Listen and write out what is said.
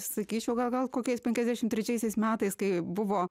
sakyčiau gal gal kokiais penkiasdešimt trečiaisiais metais kai buvo